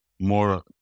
more